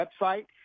website